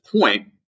point